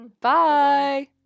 Bye